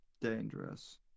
dangerous